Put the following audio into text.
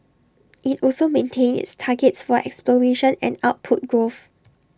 IT also maintained its targets for exploration and output growth